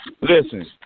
Listen